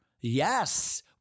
Yes